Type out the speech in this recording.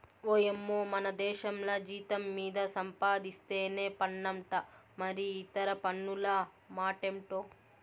ఓయమ్మో మనదేశంల జీతం మీద సంపాధిస్తేనే పన్నంట మరి ఇతర పన్నుల మాటెంటో